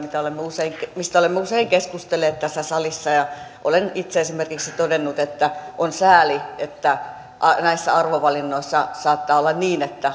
joista olemme usein keskustelleet tässä salissa olen itse esimerkiksi todennut että on sääli että näissä arvovalinnoissa saattaa olla niin että